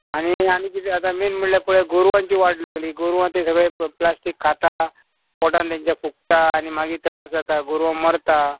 आनी आनी किदें जाता मेन म्हणल्यार पळय गोरवांची वाट लागली गोरवां ते सगळे प्लास्टीक खाता पोटान तेंच्या फुगता आनी मागीर त्रास जाता गोरवां मरता